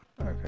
Okay